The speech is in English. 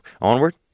Onward